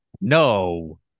No